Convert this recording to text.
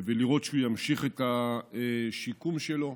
ולראות שהוא ממשיך את השיקום שלו.